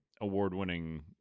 award-winning